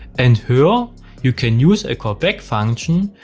and here ah you can use a callback function.